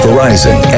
Verizon